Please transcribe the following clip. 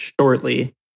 shortly